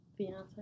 Beyonce